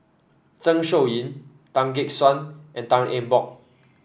Zeng Shouyin Tan Gek Suan and Tan Eng Bock